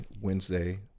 Wednesday